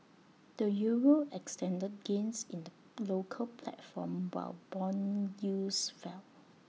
the euro extended gains in the local platform while Bond yields fell